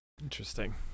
Interesting